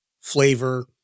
flavor